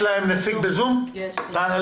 נציג הרשות לשירות אזרחי, בבקשה.